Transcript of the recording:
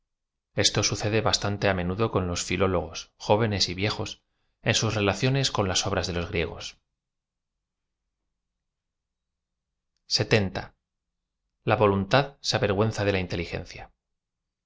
esto sucede bastante á menudo con ios fllólogosp jóvenes y viejos en sus relaciones con las obras de los griegos a voluntad ss avergüema de la inteligertcia